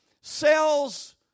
sells